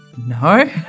No